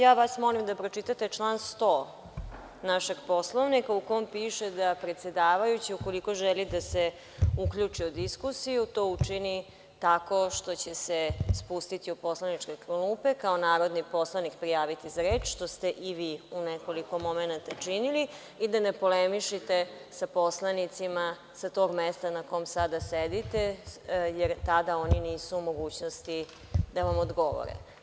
Ja vas molim da pročitate član 100. našeg Poslovnika, u kom piše da predsedavajući, ukoliko želi da se uključi u diskusiju, to učini tako što će se spustiti u poslaničke klupe, kao narodni poslanik prijaviti za reč, što ste i vi u nekoliko momenata činili, i da ne polemišete sa poslanicima sa tog mesta na kom sada sedite, jer tada oni nisu u mogućnosti da vam odgovore.